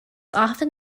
often